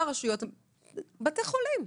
בבתי חולים,